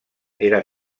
era